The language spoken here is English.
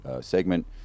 segment